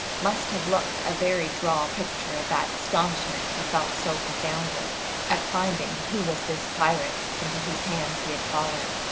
must have looked a very droll picture of that astonishment he felt so profoundly at finding who was this pirate into whose hands he had fallen.